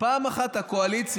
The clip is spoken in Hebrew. ופעם אחת הקואליציה,